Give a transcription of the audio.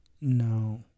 No